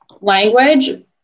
language